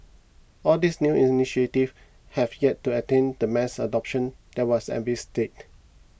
all these new initiatives have yet to attain the mass adoption that was envisaged